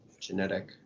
genetic